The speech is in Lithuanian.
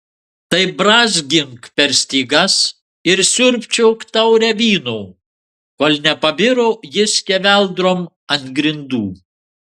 tai brązgink per stygas ir siurbčiok taurę vyno kol nepabiro ji skeveldrom ant grindų